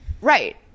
Right